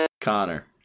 Connor